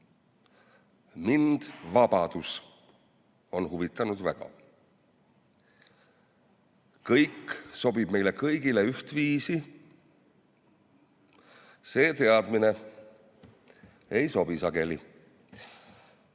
Mind vabadus on huvitanud väga. Kõik sobib meile kõigile ühtviisi. See teadmine ei sobi sageli."